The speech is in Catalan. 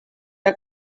que